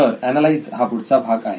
तर ऍनालाईज हा पुढचा भाग आहे